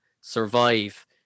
survive